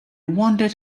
wondered